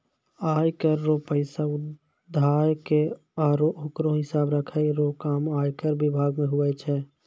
आय कर रो पैसा उघाय के आरो ओकरो हिसाब राखै रो काम आयकर बिभाग मे हुवै छै